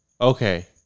Okay